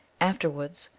afterwards,